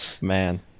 Man